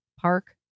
Park